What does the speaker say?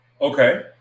okay